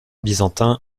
byzantin